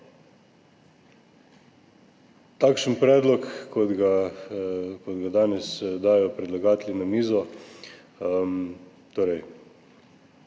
Takšen predlog, kot ga danes dajejo predlagatelji na mizo, torej